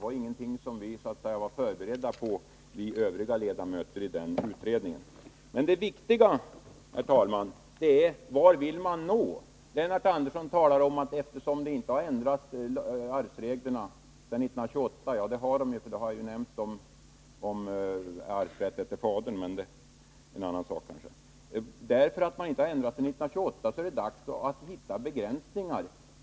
Vi övriga ledamöter i utredningen kunde alltså inte vara beredda på det. Men det viktiga, herr talman, är vad man vill uppnå. Lennart Andersson sade, att eftersom arvsreglerna inte har ändrats sedan 1928 — det har de ju, det har ju nämnts arvsrätt efter fadern, men det är en annan sak — är det dags att söka finna begränsningar.